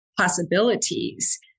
possibilities